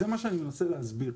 זה מה שאני מנסה להסביר.